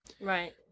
Right